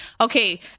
okay